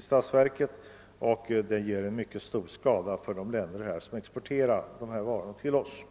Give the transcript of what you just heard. statsverket och gör mycket stor skada för de länder som exporterar dessa varor till oss.